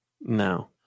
No